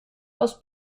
aus